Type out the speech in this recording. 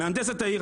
מהנדסת העיר,